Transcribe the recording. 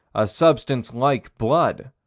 a substance like blood,